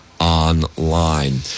online